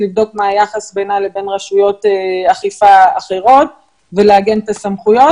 לבדוק מה היחס בינה לבין רשויות אכיפה אחרות ולעגן את הסמכויות.